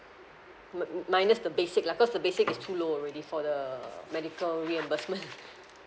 m~ minus the basic lah cause the basic is too low already for the medical reimbursement